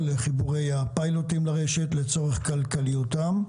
לחיבורי הפיילוטים לרשת לצורך כלכליותם,